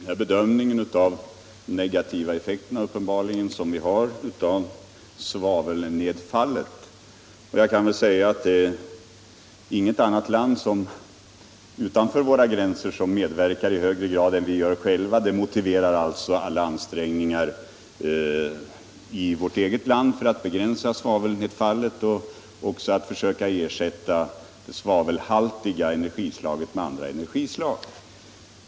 Herr talman! Vi är uppenbarligen helt ense i bedömningen av de negativa effekterna av svavelnedfallet. Inget annat land medverkar till svavelnedfallet 189 i Sverige i högre grad än vi gör själva. Detta motiverar alltså alla ansträngningar i vårt eget land för att begränsa svavelnedfallet och försöka ersätta det svavelhaltiga energislaget med andra energislag.